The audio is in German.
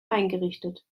eingerichtet